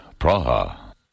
Praha